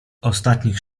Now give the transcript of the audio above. ostatnich